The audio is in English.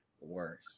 worse